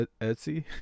Etsy